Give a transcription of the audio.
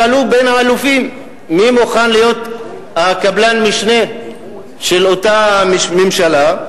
שאלו בין האלופים מי מוכן להיות קבלן המשנה של אותה ממשלה,